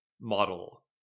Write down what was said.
model